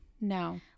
No